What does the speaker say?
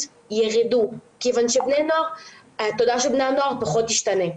יירדו כיוון שהתודעה של בני הנוער פחות תשתנה.